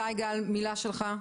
שי גל, מילה שלך.